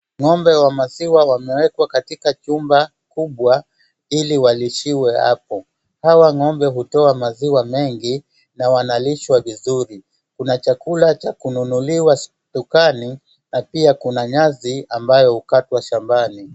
Ng'ombe wa maziwa wamewekwa pamoja katika chumba kubwa ili walishiwe hapo. Hawa ng'ombe hutoa maziwa mengi na wanalishwa vizuri. Kuna chakula cha kununuliwa dukani na pia kuna nyasi ambayo hukatwa shambani.